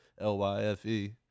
L-Y-F-E